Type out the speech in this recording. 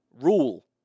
Rule